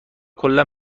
کلا